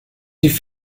die